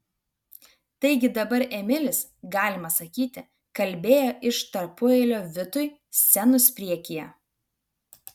taigi dabar emilis galima sakyti kalbėjo iš tarpueilio vitui scenos priekyje